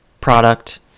product